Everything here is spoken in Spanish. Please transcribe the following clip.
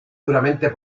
duramente